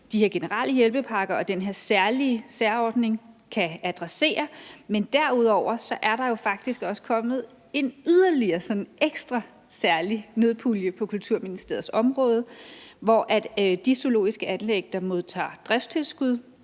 de her generelle hjælpepakker og den her særlige særordning kan adressere. Men derudover er der jo faktisk også kommet en yderligere sådan ekstra særlig nødpulje på Kulturministeriets område, hvor de zoologiske anlæg, der modtager driftstilskud